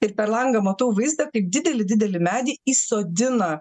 ir per langą matau vaizdą kaip didelį didelį medį į sodina